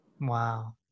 Wow